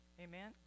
Amen